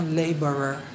laborer